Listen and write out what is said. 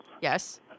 yes